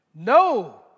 No